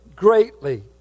Greatly